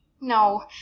No